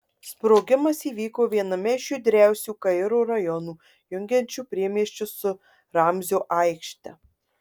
sprogimas įvyko viename iš judriausių kairo rajonų jungiančių priemiesčius su ramzio aikšte